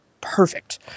perfect